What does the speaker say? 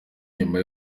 nyuma